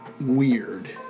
weird